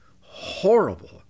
horrible